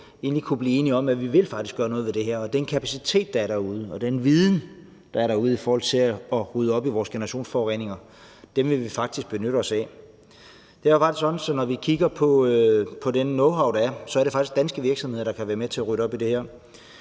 – egentlig kunne blive enige om, at vi faktisk vil benytte os af den viden og kapacitet, der er derude, i forhold til at få ryddet op i vores generationsforureninger. Det er faktisk sådan, at når vi kigger på den knowhow, der er, så er det faktisk danske virksomheder, der kan være med til at rydde op i det her.